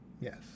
Yes